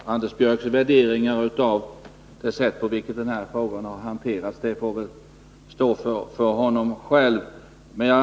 Herr talman! Anders Björcks värdering av det sätt på vilket den här frågan har hanterats får stå för honom själv.